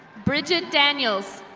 bridget daniels.